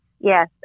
yes